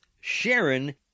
Sharon